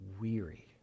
weary